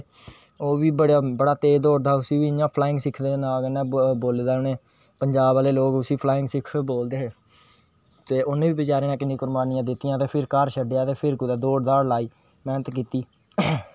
केह् दस्सां में की अग्गें में अपनें बच्चें गी बी सखाया में उनेंगा लेईयै दित्ता जियां में सिक्खेआ हा उआं में उनेंगी सखाया ते बड़ा अच्छा शौंक उंदा बी अग्गें होईया डवैल्प